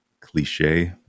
cliche